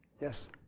Yes